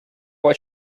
what